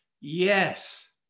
Yes